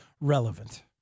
relevant